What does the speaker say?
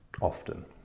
often